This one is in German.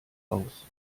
aus